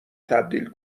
تبدیل